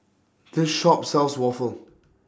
This Shop sells Waffle